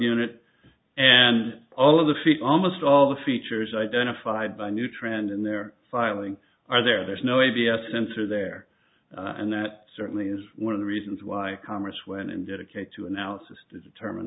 unit and all of the feet almost all the features identified by new trend in their filing are there there's no a b s sensor there and that certainly is one of the reasons why congress went in dedicate to analysis to determine